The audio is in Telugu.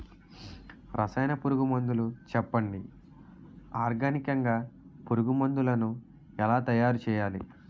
రసాయన పురుగు మందులు చెప్పండి? ఆర్గనికంగ పురుగు మందులను ఎలా తయారు చేయాలి?